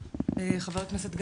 חבר הכנסת גפני,